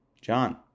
John